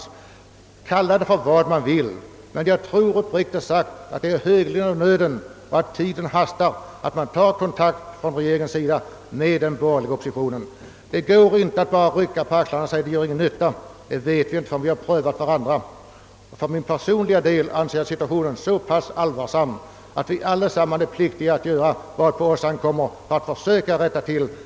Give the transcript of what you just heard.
Man kan kalla det vad man vill, men jag tror uppriktigt sagt att det är högeligen på tiden att regeringen tar kontakt med den borgerliga oppositionen. Det går inte att bara rycka på axlarna och säga att detta inte gör någon nytta. Det vet vi ju inte förrän vi har prövat. Jag anser situationen vara så allvarlig att vi allesammans är pliktiga att söka göra vad vi kan för att förbättra den.